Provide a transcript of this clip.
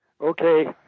Okay